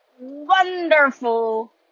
wonderful